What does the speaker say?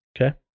okay